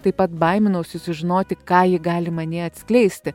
taip pat baiminausi sužinoti ką ji gali manyje atskleisti